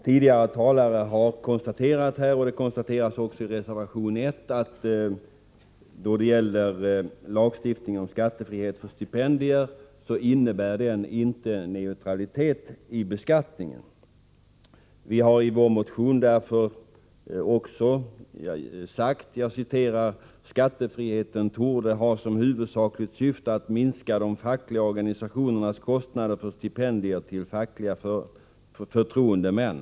Tidigare talare har här konstaterat, liksom det konstateras i reservation 1, att lagstiftningen om skattefrihet för stipendier inte innebär neutralitet i beskattningen. Därför framhålls i fp-motionen följande: ”Skattefriheten torde ha som huvudsakligt syfte att minska de fackliga organisationernas kostnader för stipendier till fackliga förtroendemän.